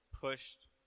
pushed